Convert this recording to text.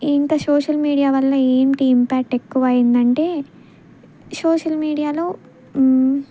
ఇంక social media వల్ల ఏంటి ఇంపాక్ట్ ఎక్కువ అయిందంటే సోషల్ మీడియాలో